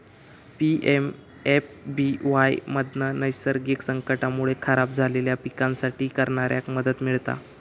PMFBY मधना नैसर्गिक संकटांमुळे खराब झालेल्या पिकांसाठी करणाऱ्याक मदत मिळता